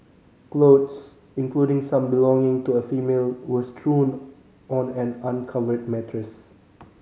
clothes including some belonging to a female were strewn on an uncovered mattress